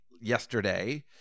yesterday